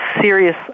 serious